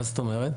מה זאת אומרת?